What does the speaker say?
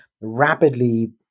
rapidly